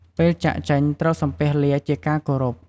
ពេលចាកចេញ ត្រូវសំពះលាជាការគោរព។